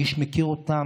מי שמכיר אותם,